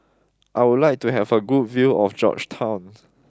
I would like to have a good view of Georgetown